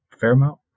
Fairmount